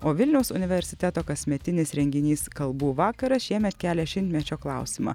o vilniaus universiteto kasmetinis renginys kalbų vakaras šiemet kelia šimtmečio klausimą